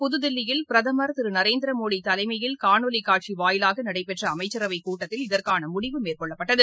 புததில்லியில் பிரதமர் திருநரேந்திரமோடிதலைமையில் காணாலிக் இன்று காட்சிவாயிலாகநடைபெற்றஅமைச்சரவைக் கூட்டத்தில் இதற்கானமுடிவு மேற்கொள்ளப்பட்டது